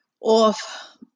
off